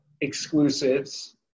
exclusives